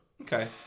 Okay